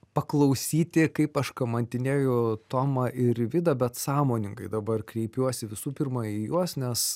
paklausyti kaip aš kamantinėju tomą ir vidą bet sąmoningai dabar kreipiuosi visų pirma į juos nes